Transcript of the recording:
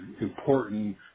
important